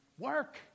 Work